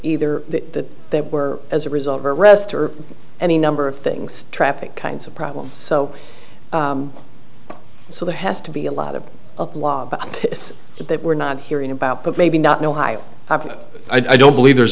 either that they were as a result of arrest or any number of things traffic kinds of problems so so there has to be a lot of that that we're not hearing about but maybe not in ohio i don't believe there